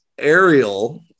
Ariel